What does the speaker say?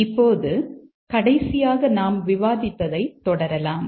இப்போது கடைசியாக நாம் விவாதித்ததைத் தொடரலாம்